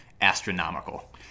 astronomical